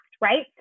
right